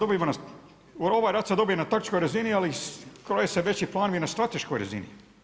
Ovaj rat se dobija na taktičkoj razini ali kroje se veći planovi na strateškoj razini.